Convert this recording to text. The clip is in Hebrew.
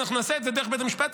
ואנחנו נעשה את זה דרך בית המשפט,